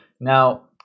now